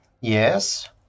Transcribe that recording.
Yes